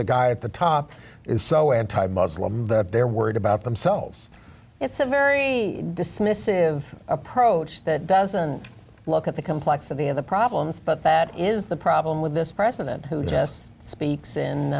the guy at the top is so anti muslim that they're worried about themselves it's a very dismissive approach that doesn't look at the complexity of the problems but that is the problem with this president who just speaks